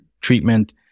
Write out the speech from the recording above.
treatment